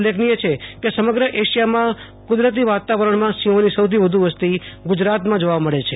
ઉલ્લેખનીય છે કે સમગ્ર એશિયામાં કુદરતી વાતાવરણમાં સિંહોની સૌથી વધુ વસતી ગુજરાતમાં જોવા મળે છે